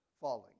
falling